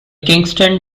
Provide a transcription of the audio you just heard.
kingston